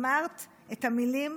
אמרת את המילים